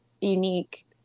unique